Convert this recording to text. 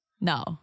No